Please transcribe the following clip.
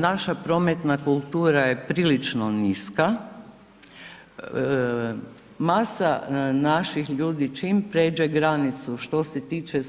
Naša prometna kultura je prilično niska, masa naših ljudi čim pređe granicu što se tiče